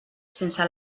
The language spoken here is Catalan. sense